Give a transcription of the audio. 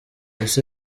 ese